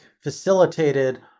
facilitated